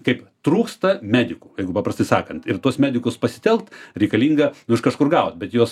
kaip trūksta medikų jeigu paprastai sakant ir tuos medikus pasitelkt reikalinga iš kažkur gaut bet juos